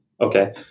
Okay